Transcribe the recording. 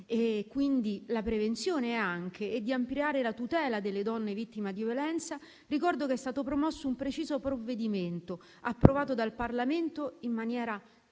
la prevenzione e di ampliare la tutela delle donne vittime di violenza, ricordo che è stato promosso un preciso provvedimento, approvato dal Parlamento in maniera